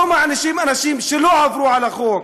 לא מענישים אנשים שלא עברו על החוק.